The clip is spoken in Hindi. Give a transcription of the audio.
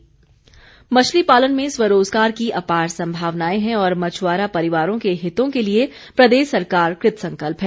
सुभाष ठाकुर मछली पालन में स्वरोजगार की अपार संभावनाएं है और मछ्वारा परिवारों के हितों के लिए प्रदेश सरकार कृतसंकल्प है